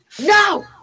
No